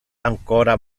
ancora